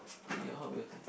how about your turn